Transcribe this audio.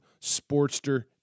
Sportster